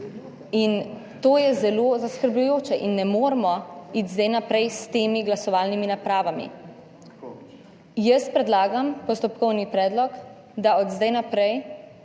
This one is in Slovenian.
To je zelo zaskrbljujoče in ne moremo iti zdaj naprej s temi glasovalnimi napravami. Predlagam postopkovni predlog, da od zdaj naprej